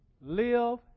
live